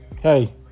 Hey